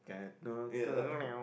yeah